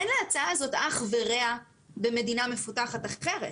אין להצעה הזאת אח ורע במדינה מפותחת אחרת.